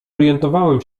orientowałem